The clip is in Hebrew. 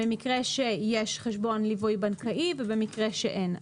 במקרה שיש חשבון ליווי בנקאי ובמקרה שאין.